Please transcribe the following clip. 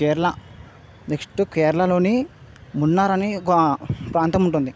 Kerala next కేరళాలోని మున్నార్ అని ఒక ప్రాంతముంటుంది